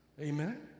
Amen